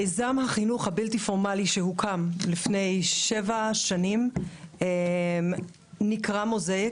מיזם החינוך הבלתי פורמלי שהוקם לפני שבע שנים נקרא Mosaic.